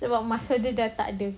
sebab masa dia dah tak ada